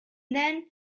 then